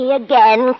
again